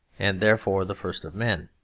and, therefore, the first of men.